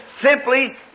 simply